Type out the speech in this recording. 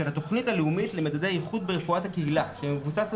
של התכנית הלאומית למדדי איכות ברפואת הקהילה שמבוסס על